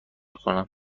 کنم